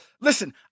listen